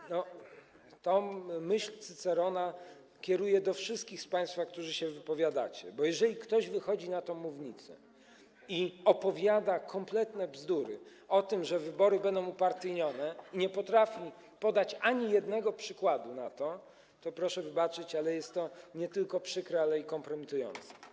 I tę myśl Cycerona kieruję do wszystkich z państwa, którzy się wypowiadacie, bo jeżeli ktoś wychodzi na tę mównicę i opowiada kompletne bzdury o tym, że wybory będą upartyjnione, i nie potrafi podać ani jednego przykładu na to, to proszę wybaczyć, ale jest to nie tylko przykre, ale także kompromitujące.